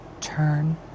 turn